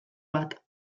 bat